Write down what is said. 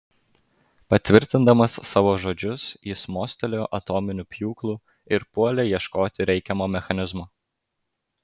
patvirtindamas savo žodžius jis mostelėjo atominiu pjūklu ir puolė ieškoti reikiamo mechanizmo